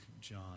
John